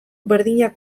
berdinak